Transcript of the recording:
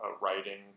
writing